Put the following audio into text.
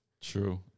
True